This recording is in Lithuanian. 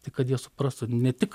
tai kad jie suprastų ne tik